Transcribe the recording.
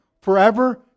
Forever